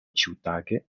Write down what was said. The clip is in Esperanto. ĉiutage